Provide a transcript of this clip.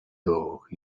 though